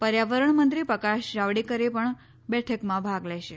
પર્યાવરણ મંત્રી પ્રકાશ જાવડેકર પણ બેઠકમાં ભાગ લેશે